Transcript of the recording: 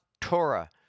Torah